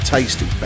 Tasty